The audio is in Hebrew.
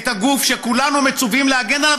את הגוף שכולנו מצווים להגן עליו,